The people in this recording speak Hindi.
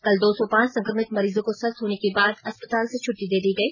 कल दो सौ पांच संक्रमित मरीजों को स्वस्थ्य होने के बाद अस्पताल से छट्टी दे दी गई